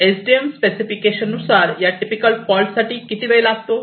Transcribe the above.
SDM specification नुसार या typical फॉल्टसाठी किती वेळ लागतो